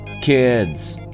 kids